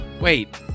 wait